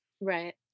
Right